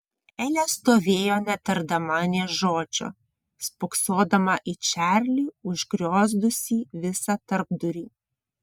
elė stovėjo netardama nė žodžio spoksodama į čarlį užgriozdusį visą tarpdurį